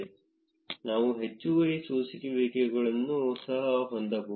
ನಾವು ಹೆಚ್ಚುವರಿ ಸೋಸುವಿಕೆಗಳನ್ನು ಸಹ ಹೊಂದಬಹುದು